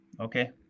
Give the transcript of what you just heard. Okay